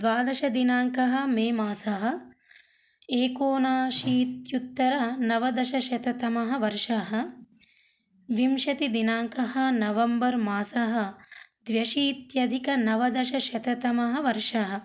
द्वादशदिनाङ्कः मे मासः एकोनाशीत्युत्तरनवदशशततमः वर्षः विंशतिदिनाङ्कः नवम्बर् मासः द्व्यशीत्यधिकनवदशशततमः वर्षः